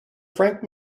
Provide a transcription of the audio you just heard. frank